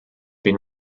been